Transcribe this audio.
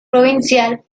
provincial